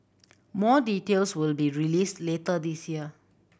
more details will be released later this year